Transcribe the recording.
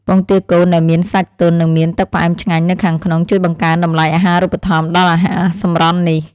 ពងទាកូនដែលមានសាច់ទន់និងមានទឹកផ្អែមឆ្ងាញ់នៅខាងក្នុងជួយបង្កើនតម្លៃអាហារូបត្ថម្ភដល់អាហារសម្រន់នេះ។